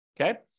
Okay